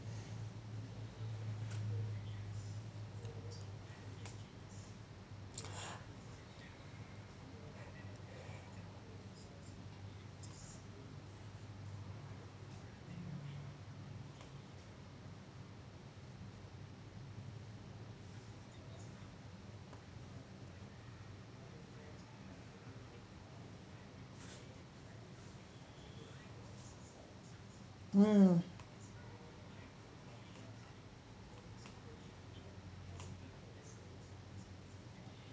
mm